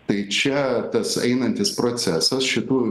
tai čia tas einantis procesas šitų